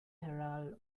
herald